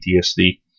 PTSD